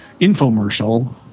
infomercial